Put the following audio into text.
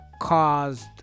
caused